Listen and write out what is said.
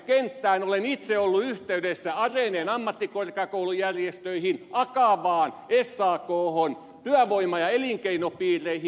olen itse ollut yhteydessä areneen ammattikorkeakoulujärjestöihin akavaan sakhon työvoima ja elinkeinopiireihin